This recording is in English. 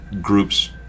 groups